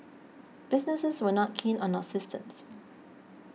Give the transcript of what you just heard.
businesses were not keen on our systems